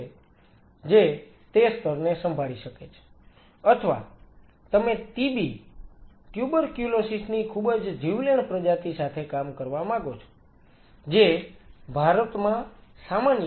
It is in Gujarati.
જે તે સ્તરને સંભાળી શકે છે અથવા તમે TB ટ્યુબરક્યુલોસીસ ની ખૂબ જ જીવલેણ પ્રજાતિ સાથે કામ કરવા માંગો છો જે ભારતમાં સામાન્ય છે